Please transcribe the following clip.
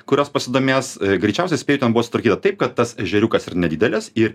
kurios pasidomės greičiausiai spėju ten buvo sutvarkyta taip kad tas ežeriukas ir nedidelės ir